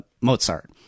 Mozart